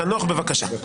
חנוך, בבקשה.